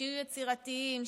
שיהיו יצירתיים,